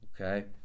Okay